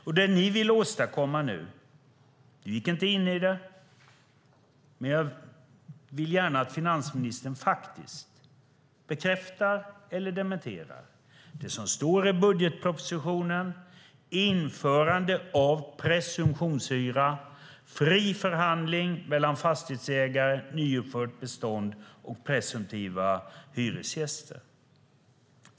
Det man nu vill åstadkomma gick finansministern inte in på, men jag vill att han bekräftar eller dementerar det som står i budgetpropositionen, nämligen införande av presumtionshyra, fri förhandling mellan fastighetsägare av nyuppfört bestånd och presumtiva hyresgäster.